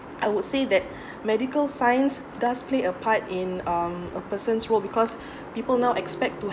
I would say that medical science does play a part in um a person's role because people now expect to